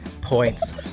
points